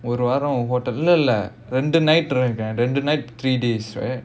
ஒரு வாரம் இல்லல ரெண்டு:oru vaaram illala rendu three days right